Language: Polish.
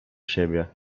siebie